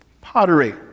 Pottery